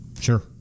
Sure